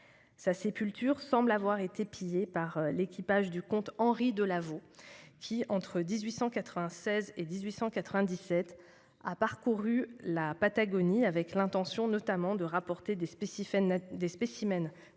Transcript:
Sa sépulture semble avoir été pillée par l'équipage du comte Henry de La Vaulx, qui, entre 1896 et 1897, a parcouru la Patagonie avec l'intention, notamment, de rapporter des spécimens